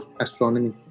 astronomy